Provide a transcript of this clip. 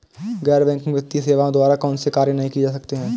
गैर बैंकिंग वित्तीय सेवाओं द्वारा कौनसे कार्य नहीं किए जा सकते हैं?